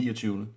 29